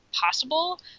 possible